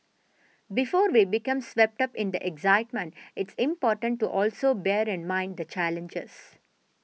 before we become swept up in the excitement it's important to also bear in mind the challenges